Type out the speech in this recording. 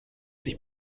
sich